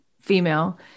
female